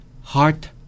Heart